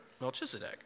Melchizedek